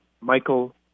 Michael